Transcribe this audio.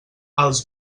els